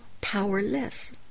powerless